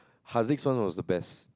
Hazi's one was the best